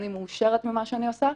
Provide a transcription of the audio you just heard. אני מאושרת ממה שאני עושה,